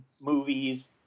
movies